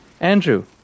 andrew